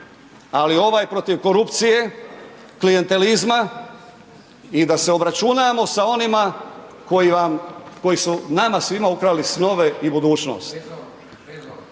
Ali, ovaj protiv korupcije, klijentelizma i da se obračunamo sa onima koji vam, koji su nama svima ukrali snove i budućnosti.